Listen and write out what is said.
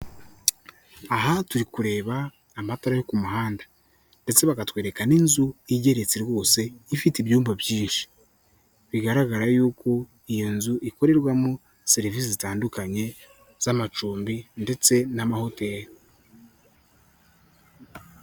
Aha turi kureba amatara yo ku muhanda. Ndetse bakatwereka n'inzu, igeretse rwose, ifite ibyumba byinshi. Bigaragara yuko iyo nzu ikorerwamo serivisi zitandukanye z'amacumbi ndetse n'amahoteli.